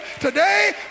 today